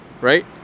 right